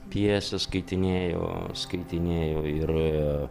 pjesę skaitinėju skaitinėju ir